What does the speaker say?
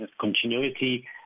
continuity